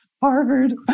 Harvard